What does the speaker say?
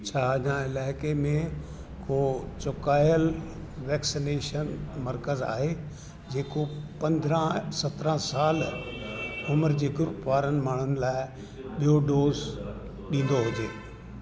छा अंजॉ इलाइक़े में को चुकायलु वैक्सनेशन मर्कज़ु आहे जेको पंदरहां सतरहां साल उमिरि जे ग्रूप वारनि माण्हुनि लाइ ॿियों डोज़ ॾींदो हुजे